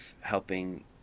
helping